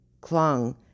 clung